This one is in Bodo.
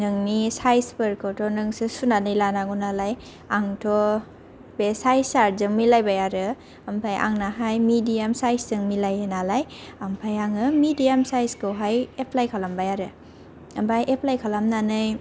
नोंनि साइजफोरखौथ' नोंसो सुनानै लानांगौ नालाय आंथ' बे साइजा जोब मिलायबाय आरो ओमफाय आंनाहाय मेडियाम साइजजों मिलायो नालाय ओमफाय आङो मेडियाम साइजखौहाय एप्लाइ खालामबाय आरो ओमफाय एप्लाइ खालामनानै